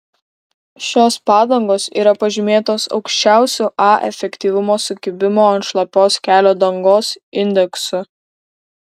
šios padangos yra pažymėtos aukščiausiu a efektyvumo sukibimo ant šlapios kelio dangos indeksu